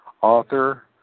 author